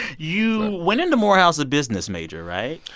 you went into morehouse a business major, right?